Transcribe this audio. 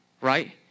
right